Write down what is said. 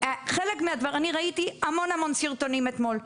אני ראיתי המון סרטונים אתמול.